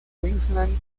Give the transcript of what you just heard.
queensland